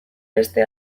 beste